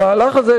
המהלך הזה,